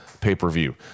pay-per-view